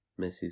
Mrs